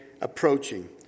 approaching